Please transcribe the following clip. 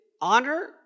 Honor